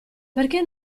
perché